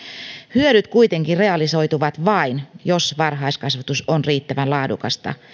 hyödyt kuitenkin realisoituvat vain jos varhaiskasvatus on riittävän laadukasta